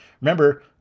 remember